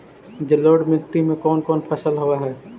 जलोढ़ मट्टी में कोन कोन फसल होब है?